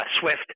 Swift